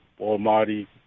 almighty